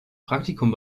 praktikum